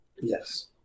Yes